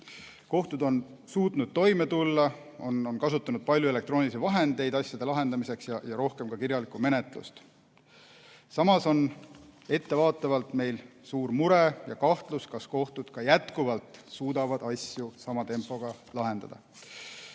Kohtud on suutnud toime tulla, on kasutanud palju elektroonilisi vahendeid asjade lahendamiseks ja rohkem kirjalikku menetlust. Samas on meil ettevaatavalt suur mure ja kahtlus, kas kohtud ka edaspidi suudavad asju sama tempoga lahendada.